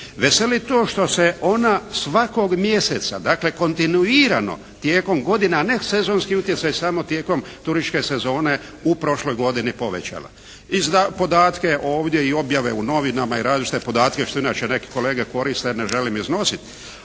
Veseli to što se ona svakog mjeseca, dakle kontinuirano tijekom godina a ne sezonski utjecaj samo tijekom turističke sezone u prošloj godini povećala. I za podatke ovdje i objave u novinama i različite podatke što inače neki kolege koriste ne želim iznositi,